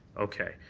okay.